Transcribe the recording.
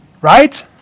right